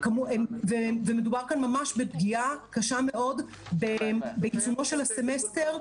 מדובר כאן בפגיעה קשה מאוד בעיצומו של הסמסטר.